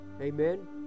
amen